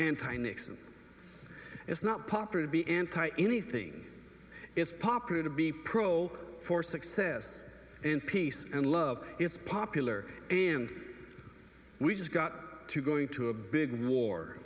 nixon it's not popular to be anti anything it's popular to be pro for success and peace and love it's popular and we just got to go into a big war